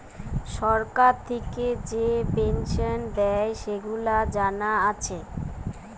সরকার থিকে যে পেনসন দেয়, সেগুলা জানা আছে